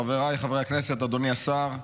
חבריי חברי הכנסת, אדוני השר,